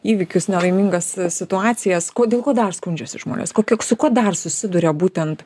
įvykius nelaimingas s situacijas kuo dėl ko dar skundžiasi žmonės kokia su kuo dar susiduria būtent